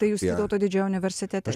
tai jūs vytauto didžiojo universitete